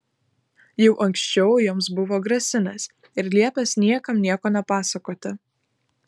jau anksčiau joms buvo grasinęs ir liepęs niekam nieko nepasakoti